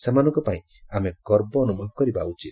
ସେମାନଙ୍କ ପାଇଁ ଆମେ ଗର୍ବ ଅନୁଭବ କରିବା ଉଚିତ